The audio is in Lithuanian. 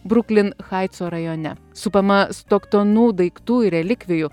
bruklin haitso rajone supama stoktonų daiktų ir relikvijų